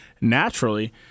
naturally